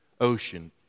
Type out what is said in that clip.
ocean